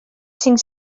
cinc